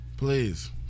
Please